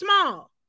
small